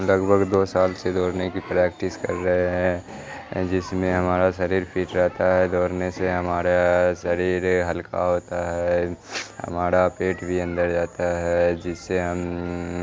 لگ بھگ دو سال سے دوڑنے کی پریکٹس کر رہے ہیں جس میں ہمارا شریر فٹ رہتا ہے دوڑنے سے ہمارا شریر ہلکا ہوتا ہے ہمارا پیٹ بھی اندر جاتا ہے جس سے ہم